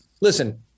listen